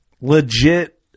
legit